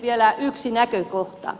vielä yksi näkökohta